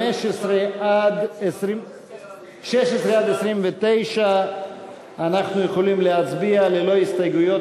על 16 29 אנחנו יכולים להצביע ללא הסתייגויות,